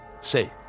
Say